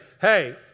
Hey